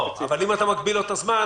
אבל אם אתה מגביל לו את הזמן,